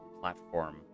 platform